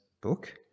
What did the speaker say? book